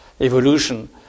evolution